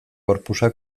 corpusa